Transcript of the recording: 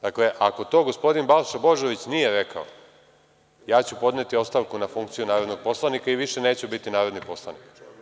Dakle, ako to gospodin Balša Božović nije rekao, ja ću podneti ostavku na funkciju narodnog poslanika i više neću biti narodni poslanik.